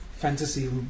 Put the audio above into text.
Fantasy